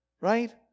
right